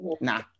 Nah